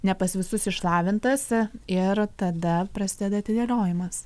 ne pas visus išlavintas ir tada prasideda atidėliojimas